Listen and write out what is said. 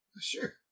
Sure